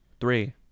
three